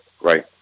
Right